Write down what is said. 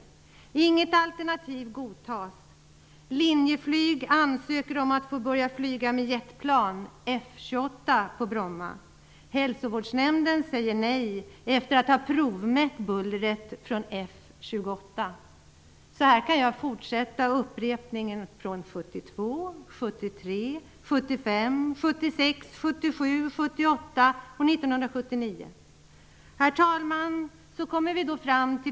Inget alternativ godtogs. Linjeflyg ansökte om att få börja flyga med jetplan, F 28, på Jag kan fortsätta att räkna upp vad som hände åren Herr talman!